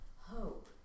hope